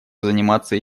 заниматься